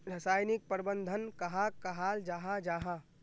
रासायनिक प्रबंधन कहाक कहाल जाहा जाहा?